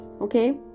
okay